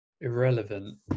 irrelevant